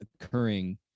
occurring